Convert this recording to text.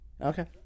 Okay